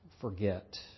forget